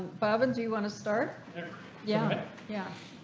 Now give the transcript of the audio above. bhavan do you want to start yeah yeah